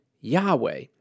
Yahweh